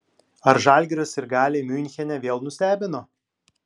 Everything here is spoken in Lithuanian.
ar žalgirio sirgaliai miunchene vėl nustebino